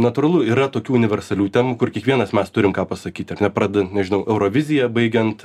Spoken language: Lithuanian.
natūralu yra tokių universalių temų kur kiekvienas mes turim ką pasakyt ar ne pradėdan nežinau eurovizija baigiant